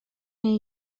neu